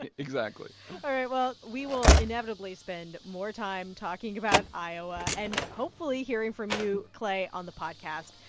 ah exactly all right. well, we will inevitably spend more time talking about iowa and hopefully hearing from you, clay, on the podcast.